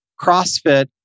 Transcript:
CrossFit